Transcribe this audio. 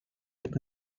mit